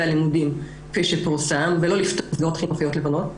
הלימודים כפי שפורסם ולא לפתוח מסגרות חינוכיות לבנות.